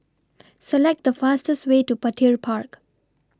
Select The fastest Way to Petir Park